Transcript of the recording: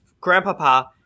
grandpapa